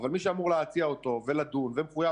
אבל מי שאמור להציע אותו ולדון ומחויב